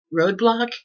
roadblock